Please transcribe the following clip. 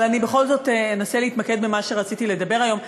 בכל זאת אנסה להתמקד במה שניסיתי לדבר עליו היום.